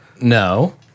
No